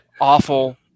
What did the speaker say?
awful